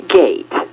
gate